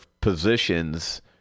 positions